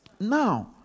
Now